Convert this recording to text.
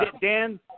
Dan